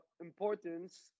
importance